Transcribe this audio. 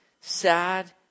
Sad